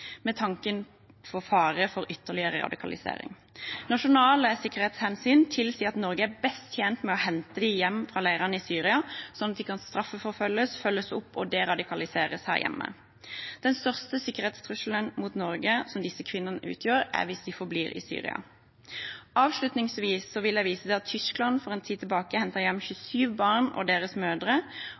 med tanke på for faren for ytterligere radikalisering. Nasjonale sikkerhetshensyn tilsier at Norge er best tjent med å hente dem hjem fra leirene i Syria, sånn at de kan straffeforfølges, følges opp og deradikaliseres her hjemme. Den største sikkerhetstrusselen mot Norge som disse kvinnene utgjør, er hvis de forblir i Syria. Avslutningsvis vil jeg vise til at Tyskland for en tid tilbake hentet hjem 27 barn og deres mødre,